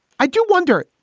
i do wonder.